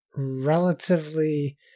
relatively